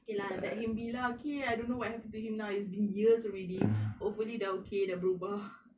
okay lah let him be lah okay I don't know what happen to him now it's been years already hopefully okay dah berubah